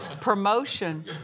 Promotion